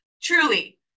Truly